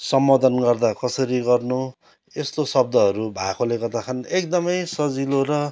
सम्बोधन गर्दा कसरी गर्नु यस्तो शब्दहरू भएकोले गर्दाखेरि एकदमै सजिलो र